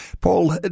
Paul